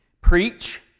preach